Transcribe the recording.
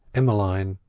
emmeline,